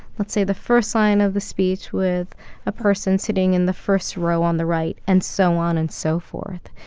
let's say, the first line of the speech with a person sitting in the first row on the right and so on and so forth.